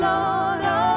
Lord